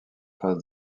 face